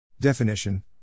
Definition